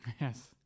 Yes